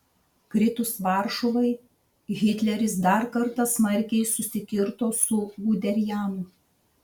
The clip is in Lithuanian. kritus varšuvai hitleris dar kartą smarkiai susikirto su guderianu